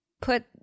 put